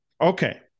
okay